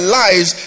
lives